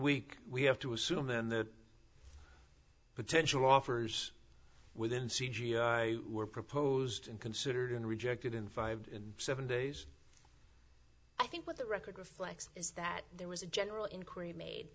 week we have to assume then that potential offers within c g i were proposed and considered and rejected in five to seven days i think what the record reflects is that there was a general inquiry made